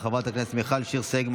חברת הכנסת מירב כהן,